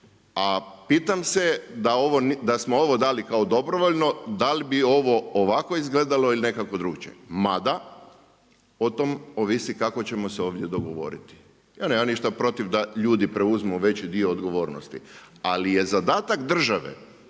A pitam se da smo ovo dali kao dobrovoljno, da li bi ovo ovako izgledalo ili nekako drukčije. Mada o tom ovisi kako ćemo se ovdje dogovoriti. Ja nemam ništa protiv da ljudi preuzmu veći dio odgovornosti. Ali je zadatak države